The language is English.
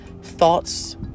thoughts